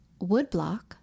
Woodblock